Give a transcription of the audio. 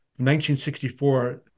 1964